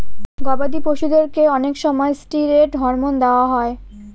গবাদি পশুদেরকে অনেক সময় ষ্টিরয়েড হরমোন দেওয়া হয়